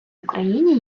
україні